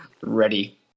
ready